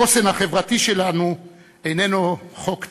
החוסן החברתי שלנו איננו חוק טבע,